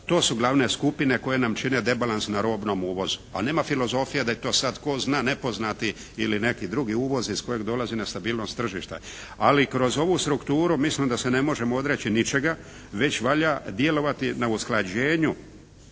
To su glavne skupine koje nam čine rebalans na robnom uvozu, a nema filozofije da je to sad tko zna nepoznati ili neki drugi uvoz iz kojeg dolazi nestabilnost tržišta. Ali kroz ovu strukturu mislim da se ne možemo odreći ničega već valja djelovati na usklađenju